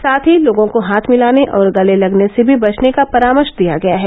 साथ ही लोगों को हाथ मिलाने और गले लगने से भी बचने का परामर्श दिया गया है